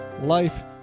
life